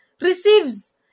receives